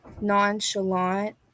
Nonchalant